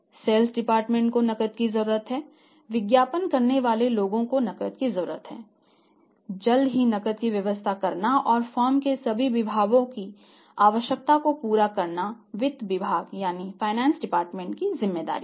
फिर हम cash flows within the firm की जिम्मेदारी है